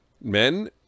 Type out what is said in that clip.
men